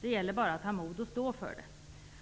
Det gäller bara att ha mod och stå för det.